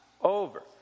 over